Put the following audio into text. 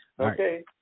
okay